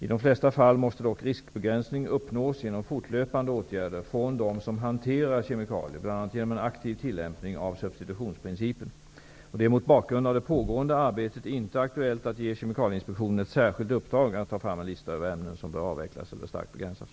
I de flesta fall måste dock riskbegränsning uppnås genom fortlöpande åtgärder från dem som hanterar kemikalier bl.a. genom en aktiv tillämpning av substitutionsprincipen. Det är mot bakgrund av det pågående arbetet inte aktuellt att ge Kemikalieinspektionen ett särskilt uppdrag att ta fram en lista över ämnen som bör avvecklas eller starkt begränsas.